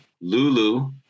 Lulu